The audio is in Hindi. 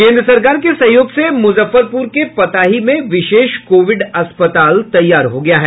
केंद्र सरकार के सहयोग से मुजफ्फरपुर के पताही में विशेष कोविड अस्पताल तैयार हो गया है